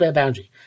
boundary